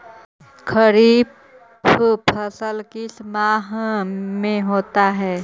खरिफ फसल किस माह में होता है?